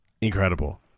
incredible